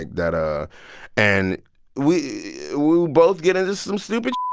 like that ah and we we both get into some stupid,